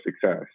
success